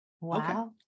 wow